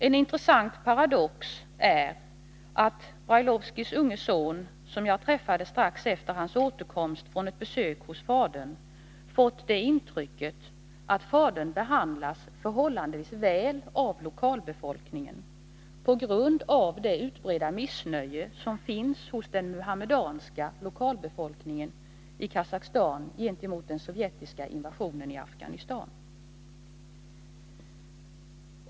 En intressant paradox är att Brailovskijs unge son, som jag träffade strax efter dennes återkomst från ett besök hos fadern, fått det intrycket att fadern behandlats förhållandevis väl av lokalbefolkningen, på grund av det utbredda missnöje som finns hos den muhammedanska lokalbefolkningen i Kasakhstan gentemot den sovjetiska invasionen i Afghanistan.